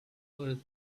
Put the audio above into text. earth